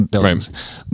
Right